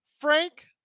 frank